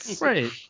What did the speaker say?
Right